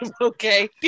okay